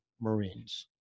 Marines